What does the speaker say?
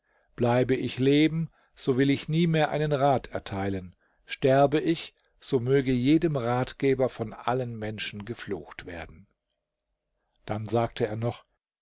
bleibe ich leben so will ich nie mehr einen rat erteilen sterbe ich so möge jedem ratgeber von allen menschen geflucht werden dann sagte er noch